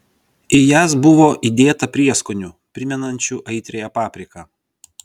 į jas buvo įdėta prieskonių primenančių aitriąją papriką